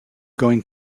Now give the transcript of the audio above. going